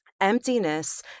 Emptiness